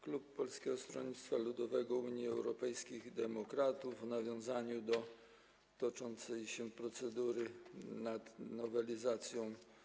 Klub Polskiego Stronnictwa Ludowego - Unii Europejskich Demokratów w odniesieniu do toczącego się procedowania nad nowelizacją